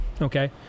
okay